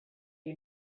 you